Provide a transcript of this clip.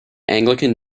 anglican